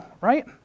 right